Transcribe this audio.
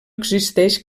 existeix